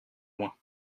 loin